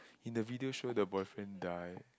in the video show the boyfriend die